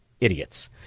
idiots